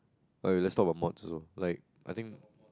okay let's talk about mods also like I think